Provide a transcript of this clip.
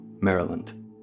Maryland